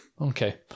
Okay